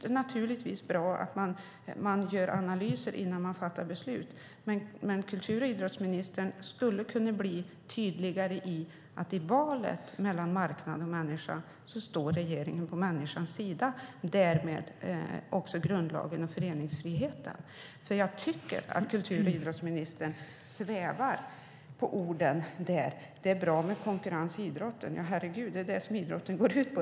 Det är naturligtvis bra att man gör analyser innan man fattar beslut, men kultur och idrottsministern skulle kunna bli tydligare i att regeringen i valet mellan marknad och människa står på människans sida och därmed också grundlagens och föreningsfrihetens. Jag tycker nämligen att kultur och idrottsministern svävar på orden när hon säger att det är bra med konkurrens i idrotten - ja, herregud, det är det idrott går ut på.